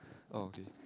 okay